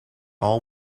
all